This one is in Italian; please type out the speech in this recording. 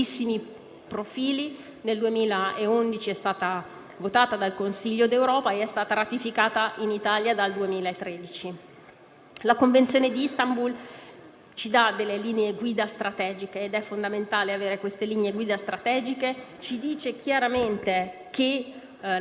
completo. Anche con l'ultimo codice rosso sono stati integrati i reati che la Convenzione di Istanbul prevedeva, come il *revenge porn*, il reato di deturpazione del viso, il matrimonio coatto e le mutilazioni genitali femminili. Abbiamo un sistema giuridico completo,